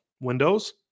windows